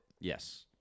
Yes